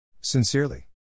Sincerely